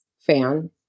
fan